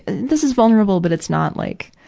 this is vulnerable, but it's not like,